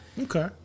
Okay